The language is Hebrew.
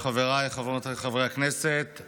חבר הכנסת דוידסון, בבקשה.